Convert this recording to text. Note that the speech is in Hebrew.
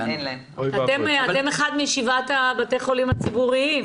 אתם אחד משבעת בתי החולים הציבוריים.